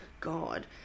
God